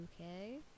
Okay